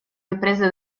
riprese